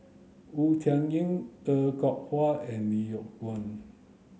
Wu Tsai Yen Er Kwong Wah and Lee Yock Suan